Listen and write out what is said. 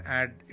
add